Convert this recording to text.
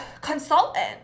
consultant